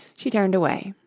she turned away.